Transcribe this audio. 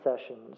sessions